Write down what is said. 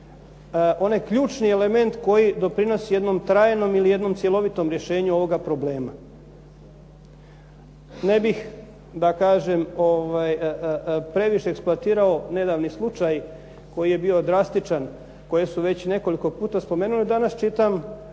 onaj ključni element koji doprinosi jednom trajnom ili jednom cjelovitom rješenju ovoga problema. Ne bih da kažem previše eksploatirao nedavni slučaj koji je bio drastičan, koji su već nekoliko puta spomenuli danas čitam